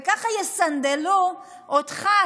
וככה יסנדלו אותך,